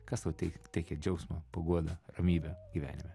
kas tau teik teikia džiaugsmą paguodą ramybę gyvenime